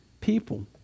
people